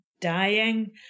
dying